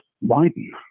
widen